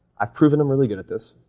i've proven i'm really good at this.